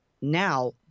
Now